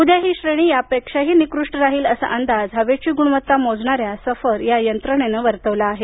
उद्या ही श्रेणी यापेक्षाही निकृष्ट राहील असा अंदाज हवेची गुणवत्ता मोजणाऱ्या सफर या यंत्रणेनं वर्तवला आहे